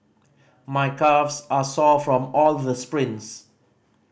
my calves are sore from all the sprints